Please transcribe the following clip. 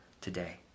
today